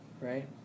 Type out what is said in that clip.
Right